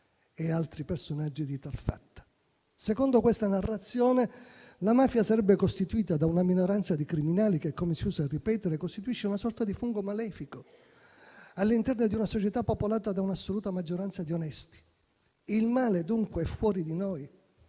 e altri personaggi di tal fatta. Secondo questa narrazione la mafia sarebbe costituita da una minoranza di criminali che, come si usa ripetere, costituisce una sorta di fungo malefico, all'interno di una società popolata da un'assoluta maggioranza di onesti. Il male, dunque, è fuori di noi